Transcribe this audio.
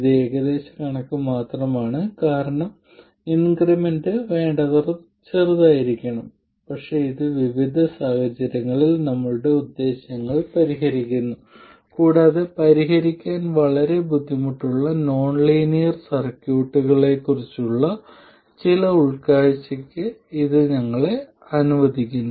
ഇത് ഏകദേശ കണക്ക് മാത്രമാണ് കാരണം ഇൻക്രിമെന്റ് വേണ്ടത്ര ചെറുതായിരിക്കണം പക്ഷേ ഇത് വിവിധ സാഹചര്യങ്ങളിൽ നമ്മുടെ ഉദ്ദേശ്യങ്ങൾ പരിഹരിക്കുന്നു കൂടാതെ പരിഹരിക്കാൻ വളരെ ബുദ്ധിമുട്ടുള്ള നോൺ ലീനിയർ സർക്യൂട്ടുകളെക്കുറിച്ചുള്ള ചില ഉൾക്കാഴ്ച ഇത് ഞങ്ങളെ അനുവദിക്കുന്നു